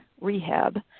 rehab